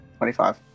25